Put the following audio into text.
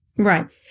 Right